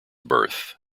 birth